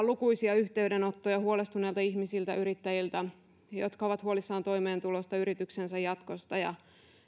lukuisia yhteydenottoja huolestuneilta ihmisiltä yrittäjiltä jotka ovat huolissaan toimeentulosta yrityksensä jatkosta ja